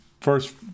first